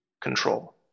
control